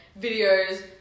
videos